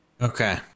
Okay